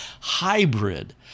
hybrid